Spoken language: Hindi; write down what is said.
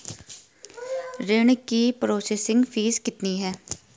ऋण की प्रोसेसिंग फीस कितनी है?